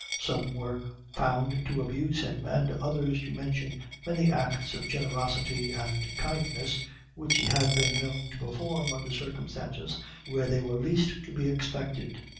some were found to abuse him, and others to mention many acts of generosity and kindness which he had been known to perform under circumstances where they were least to be expected.